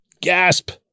gasp